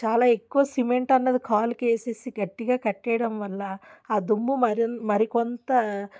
చాలా ఎక్కువ సిమెంట్ అన్నది కాలుకు వేసేసి గట్టిగా కట్టేయడం వల్ల ఆ దుమ్ము మరికొంత